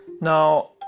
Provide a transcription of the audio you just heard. Now